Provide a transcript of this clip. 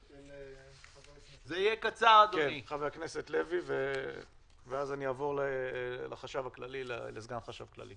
חבר הכנסת לוי, ואז אעבור לסגן החשב הכללי.